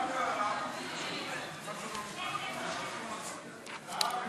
מסדר-היום את הצעת חוק הרשות הלאומית לתרבות ואמנות,